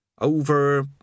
Over